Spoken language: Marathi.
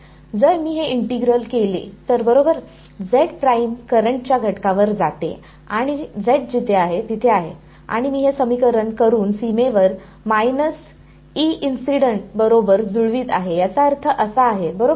जर मी हे इंटिग्रल केले तर बरोबर करंट च्या घटकावर जाते आणि z जिथे आहे तिथे आहे आणि मी हे समीकरण करुन सीमेवर बरोबर जुळवित आहे याचा अर्थ असा आहे बरोबर